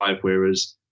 whereas